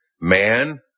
Man